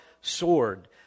sword